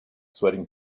sweating